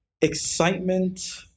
Excitement